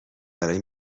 برای